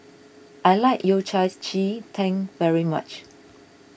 I like Yao Cai Ji Tang very much